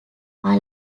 are